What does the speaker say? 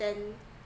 then